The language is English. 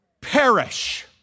perish